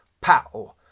pow